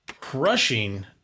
crushing